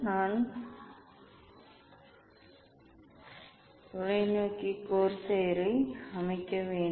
நான் தொலைநோக்கி கோர்செயரை அமைக்க வேண்டும்